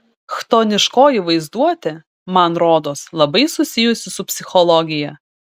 chtoniškoji vaizduotė man rodos labai susijusi su psichologija